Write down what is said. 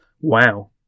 Wow